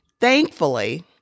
Thankfully